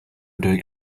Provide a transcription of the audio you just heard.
doing